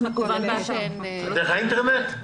דרך האינטרנט?